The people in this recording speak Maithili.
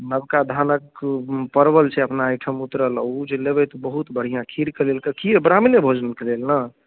नबका धानक परवल छै अपना एहिठाम उतरल ओ जे लेबै तऽ बहुत बढ़िआँ खीरके लेल तऽ ब्राह्मणे भोजनक लेल ने